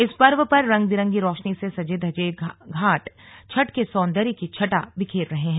इस पर्व पर रंग बिरंगी रोशनी से सजे धजे घाट छठ के सौंदर्य की छठा बिखेर रहे हैं